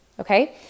okay